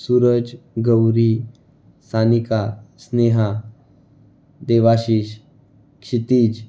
Suraj Gauri Sanika Sneha Devashish Kshitij